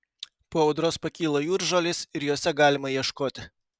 po audros pakyla jūržolės ir jose galima ieškoti